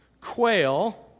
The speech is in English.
quail